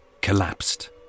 collapsed